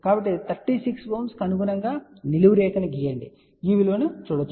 కాబట్టి 36 ohm అనుగుణంగా నిలువు రేఖను గీయండి ఈ విలువను చూడండి